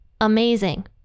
amazing